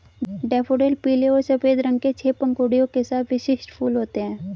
daffodil पीले और सफ़ेद रंग के छह पंखुड़ियों के साथ विशिष्ट फूल होते हैं